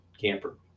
camper